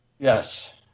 Yes